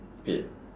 paid